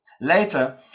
later